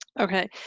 Okay